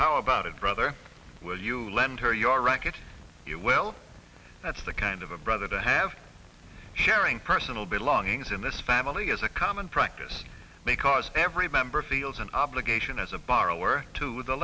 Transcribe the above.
how about it brother will you lend her your racket you well that's the kind of a brother to have sharing personal belongings in this family is a common practice may cause every member feels an obligation as a borrower to